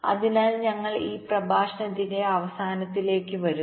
അതിനാൽ ഞങ്ങൾ ഈ പ്രഭാഷണത്തിന്റെ അവസാനത്തിലേക്ക് വരുന്നു